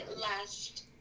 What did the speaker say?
last